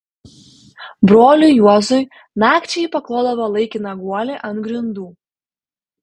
broliui juozui nakčiai ji paklodavo laikiną guolį ant grindų